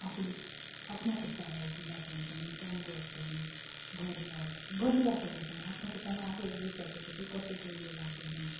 आफूले आफ्नो खुट्टामा उभिन पाउँछन् काम गर्छन् गरेर गरिराखेका छन् आफ्नो खुट्टामा आफैँ उभिसके पछि कसैको उयो लाग्दैन